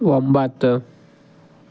ಒಂಬತ್ತು